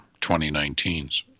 2019s